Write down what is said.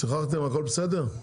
שוחחתם, הכול בסדר?